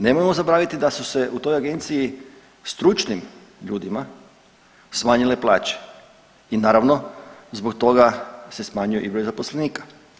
Nemojmo zaboraviti da su se u toj agenciji stručnim ljudima smanjile plaće i naravno zbog toga se smanjuje i broj zaposlenika.